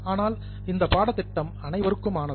ஆனால் இந்த பாடத்திட்டம் அனைவருக்குமானது